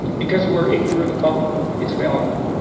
because we're ignorant about its value.